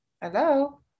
Hello